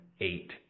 eight